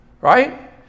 right